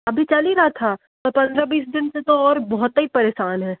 अभी चल ही रहा था तो पन्द्रह बीस दिन से तो और बहुत ही परेशान हैं